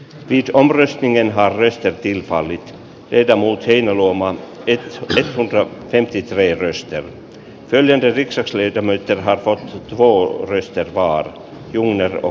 viittomarestlingin harrystettiin vaalit eikä muut heinäluoman expressen ja pentti treierstad veljen texas liitämme terhakka booris jatkaa julin eero